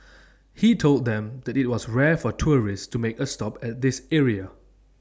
he told them that IT was rare for tourists to make A stop at this area